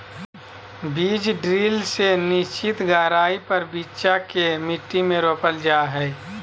बीज ड्रिल से निश्चित गहराई पर बिच्चा के मट्टी में रोपल जा हई